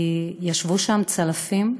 כי ישבו שם צלפים,